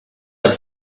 have